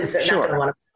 Sure